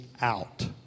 out